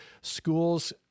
schools